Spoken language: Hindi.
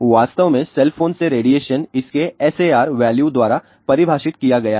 वास्तव में सेल फोन से रेडिएशन इसके SAR वैल्यू द्वारा परिभाषित किया गया है